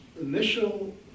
initial